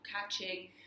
catching